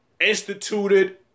instituted